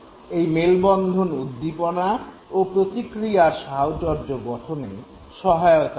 এই মেলবন্ধন উদ্দীপনা ও প্রতিক্রিয়ার সাহচর্য গঠনে সহায়তা করে